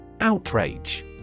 Outrage